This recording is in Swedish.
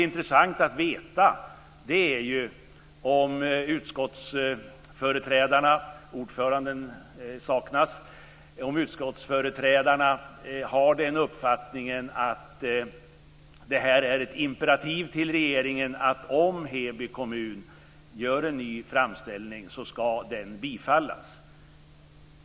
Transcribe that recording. Intressant att veta är om utskottsföreträdarna - ordföranden saknas - har uppfattningen att det här är ett imperativ till regeringen - om Heby kommun gör en ny framställning, då ska denna bifallas.